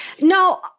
No